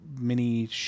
mini